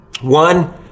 One